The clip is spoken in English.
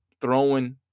throwing